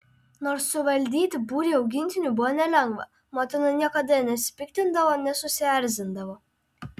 nors suvaldyti būrį augintinių buvo nelengva motina niekada nesipiktindavo nesusierzindavo